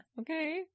Okay